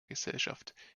gesellschaft